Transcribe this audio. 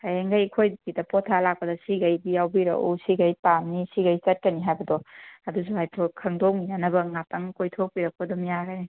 ꯍꯌꯦꯡꯒꯩ ꯑꯩꯈꯣꯏꯒꯤꯗ ꯄꯣꯠ ꯊꯥ ꯂꯥꯛꯄꯗ ꯁꯤꯒꯩꯗꯤ ꯌꯥꯎꯕꯤꯔꯛꯎ ꯁꯤꯒꯩ ꯄꯥꯝꯃꯤ ꯁꯤꯒꯩ ꯆꯠꯀꯅꯤ ꯍꯥꯏꯕꯗꯣ ꯑꯗꯨꯁꯨ ꯍꯥꯏꯐꯦꯠ ꯈꯪꯗꯣꯛꯃꯤꯟꯅꯅꯕ ꯉꯥꯛꯇꯪ ꯀꯣꯏꯊꯣꯛꯄꯤꯔꯛꯄ ꯑꯗꯨꯝ ꯌꯥꯔꯦ